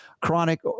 chronic